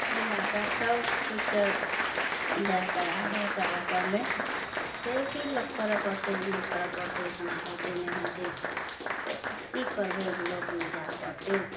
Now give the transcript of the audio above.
एहि लैके सबकिछुके जाके आबै सभ पड़लै से कि लोक करै पड़तै नहि करै पड़तै कोना हेतै नहि हेतै से कि करबै लोकमे जै पड़तै